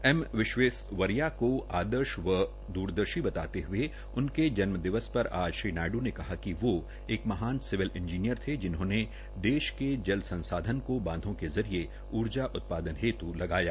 M विश्वेसनर्मा को आदर्श व द्रदर्शी बताते हये उनके जन्म दिवस पर आज श्री नायड् ने कहा कि वो एक महान सिविल इंजीनियर थे जिन्होंने देश के जल संसाधन को बांधों के जरिये ऊर्जा उत्पादन हेत् लगया